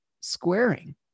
squaring